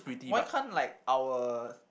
why can't like our